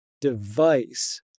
device